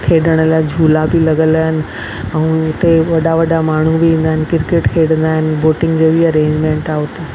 खेॾण लाइ झूला बि लॻियल आहिनि ऐं हुते वॾा वॾा माण्हू बि ईंदा आहिनि क्रिकेट खेॾंदा आहिनि बोटिंग जो बि अरेंजमेंट आहे उते